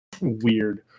weird